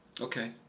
Okay